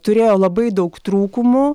turėjo labai daug trūkumų